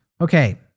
Okay